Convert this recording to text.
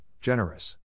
generous